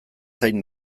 zain